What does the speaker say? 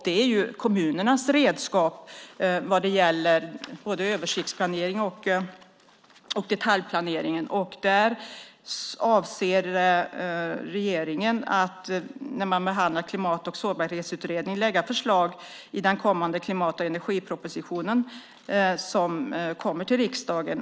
Det är kommunernas redskap vad gäller översiktsplanering och detaljplaneringen. Där avser regeringen att när man behandlar Klimat och sårbarhetsutredningen i den kommande klimat och energipropositionen lägga fram förslag som kommer till riksdagen.